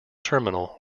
terminal